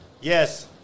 Yes